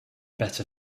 better